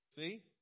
See